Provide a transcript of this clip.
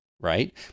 Right